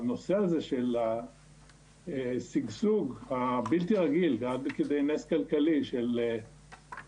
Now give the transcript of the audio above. הנושא הזה של שגשוג הבלתי רגיל ועד כדי נס כלכלי של ההייטק,